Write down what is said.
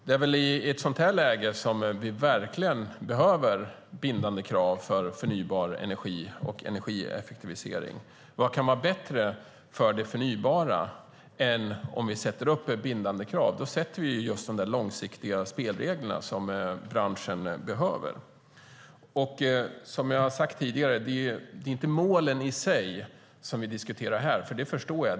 Det är väl i ett sådant här läge som vi verkligen behöver bindande krav för förnybar energi och energieffektivisering. Vad kan vara bättre för det förnybara än att vi sätter upp bindande krav? Då sätter vi just de långsiktiga spelregler som branschen behöver. Som jag har sagt tidigare är det inte målen i sig som vi diskuterar här. Det förstår jag.